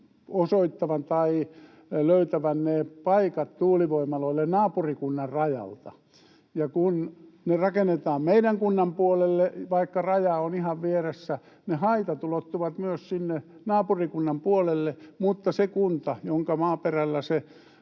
osoittavan tai löytävän ne paikat tuulivoimaloille naapurikunnan rajalta. Kun ne rakennetaan meidän kunnan puolelle, vaikka raja on ihan vieressä, ne haitat ulottuvat myös sinne naapurikunnan puolelle, mutta se kunta, jonka maaperällä ne